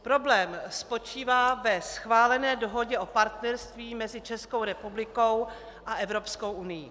Problém spočívá ve schválené Dohodě o partnerství mezi Českou republikou a Evropskou unií.